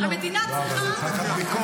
המדינה צריכה --- אבל זאת רק הביקורת.